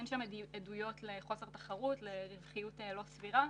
אין שם עדויות לחוסר תחרות, לרווחיות לא סבירה.